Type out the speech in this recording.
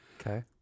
Okay